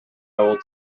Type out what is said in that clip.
will